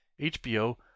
HBO